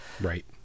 Right